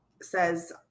says